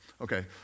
Okay